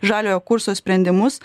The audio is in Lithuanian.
žaliojo kurso sprendimus